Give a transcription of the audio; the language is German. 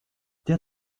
der